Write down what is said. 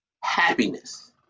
happiness